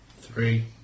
Three